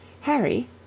Harry